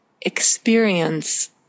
experience